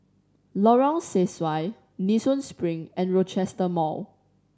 Lorong Sesuai Nee Soon Spring and Rochester Mall